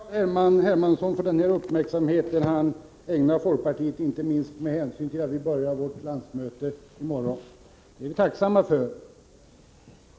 Herr talman! Jag tackar Carl-Henrik Hermansson för den uppmärksamhet han ägnar folkpartiet — inte minst därför att vi börjar vårt landsmöte i morgon. Det är vi tacksamma för.